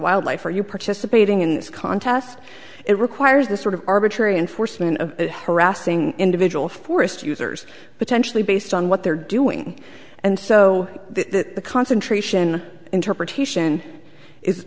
wildlife are you participating in this contest it requires the sort of arbitrary enforcement of it harassing individual forest users potentially based on what they're doing and so the concentration interpretation is